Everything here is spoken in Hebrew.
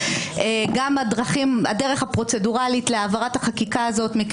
גם הדרך הפרוצדורלית להעברת החקיקה הזאת,